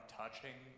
touching